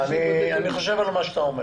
אני חושב על מה שאתה אומר